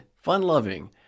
fun-loving